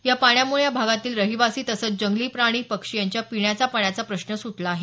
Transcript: या पाण्यामुळे या भागातील रहिवासी तसंच जंगली प्राणी पक्षी यांच्या पिण्याच्या पाण्याचा प्रश्न सुटला आहे